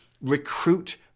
recruit